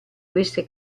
queste